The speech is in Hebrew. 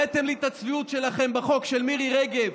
הראיתם לי את הצביעות שלכם בחוק של מירי רגב,